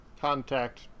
contact